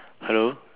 hello